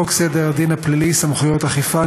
חוק סדר הדין הפלילי (סמכויות אכיפה,